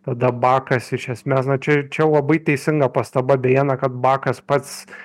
tada bakas iš esmės na čia čia labai teisinga pastaba beje na kad bakas pats